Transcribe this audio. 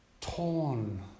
torn